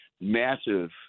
massive